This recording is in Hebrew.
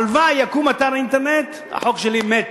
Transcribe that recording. הלוואי שיקום אתר אינטרנט, החוק שלי מת,